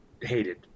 hated